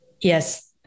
yes